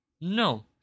No